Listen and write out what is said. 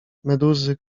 meduzy